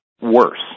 worse